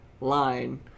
line